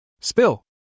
Spill